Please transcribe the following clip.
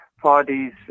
parties